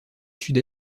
sud